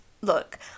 look